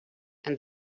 and